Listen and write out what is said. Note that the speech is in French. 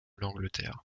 l’angleterre